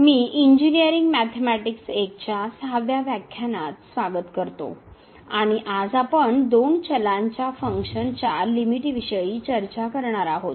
मी engineering mathematics 1 च्या 6 व्या व्याख्यानात स्वागत करतो आणि आज आपण दोन चलांच्या फंक्शन च्या लिमिट विषयी चर्चा करणार आहोत